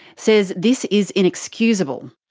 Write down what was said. says this is inexcusable.